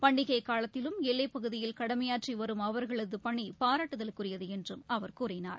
பண்டிகைக் காலத்திலும் எல்லைப் பகுதியில் கடமையாற்றி வரும் அவர்களது பணி பாராட்டுதலுக்குரியது என்றும் அவர் கூறினார்